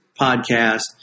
podcast